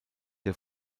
der